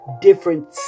different